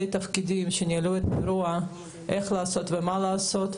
תפקידים שניהלו את האירוע איך לעשות ומה לעשות.